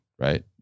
Right